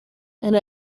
and